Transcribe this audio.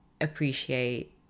appreciate